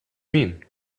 mean